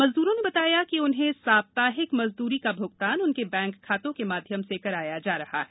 मजद्रों ने बताया कि उन्हें साप्ताहिक मजद्री का भ्गतान उनके बैंक खातों के माध्यम से कराया जा रहा है